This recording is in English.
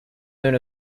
known